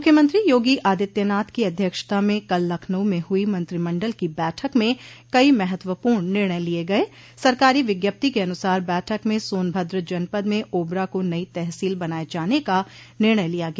मुख्यमंत्री योगी आदित्यनाथ की अध्यक्षता में ककल लखनऊ में हुई मंत्रिमंडल की बैठक में कई महत्वपूर्ण निर्णय लिये गयें सरकारी विज्ञप्ति के अनुसार बैठक में सोनभद्र जनपद में ओबरा को नई तहसील बनाये जाने का निर्णय लिया गया